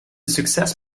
succes